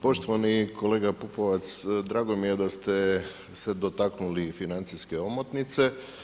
Poštovani kolega Pupovac, drago mi je da ste se dotaknuli financijske omotnice.